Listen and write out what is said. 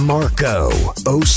Marco